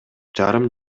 жарым